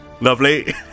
Lovely